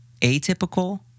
atypical